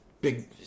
big